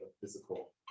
physical